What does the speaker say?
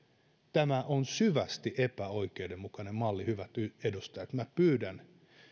tämä on syvästi epäoikeudenmukainen malli hyvät edustajat minä pyydän